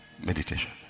Meditation